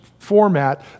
format